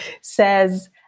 says